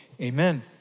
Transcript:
Amen